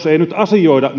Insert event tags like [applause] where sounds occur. [unintelligible] ei nyt asioida [unintelligible]